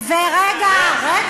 רגע.